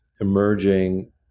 emerging